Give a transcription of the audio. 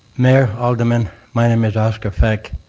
mayor, aldermen, my name is oscar beck.